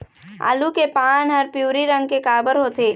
आलू के पान हर पिवरी रंग के काबर होथे?